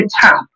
tap